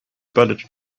bullet